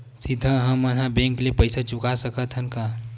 सीधा हम मन बैंक ले पईसा चुका सकत हन का?